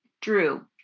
Drew